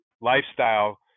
lifestyle